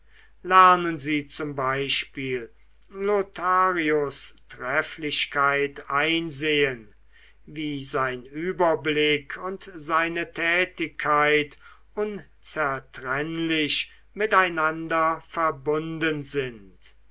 lernen sie zum beispiel lotharios trefflichkeit einsehen wie sein überblick und seine tätigkeit unzertrennlich miteinander verbunden sind